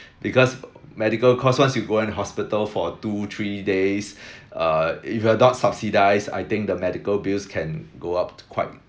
because medical cost once you go in hospital for two three days err if you're not subsidised I think the medical bills can go up quite